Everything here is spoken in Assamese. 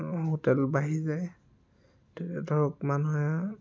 হোটেল বাঢ়ি যায় তেতিয়া ধৰক মানুহে